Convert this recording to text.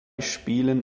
spielen